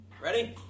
Ready